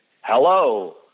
hello